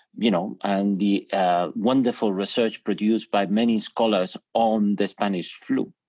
you know and the wonderful research produced by many scholars on the spanish flu,